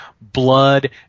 blood